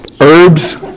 herbs